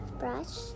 brush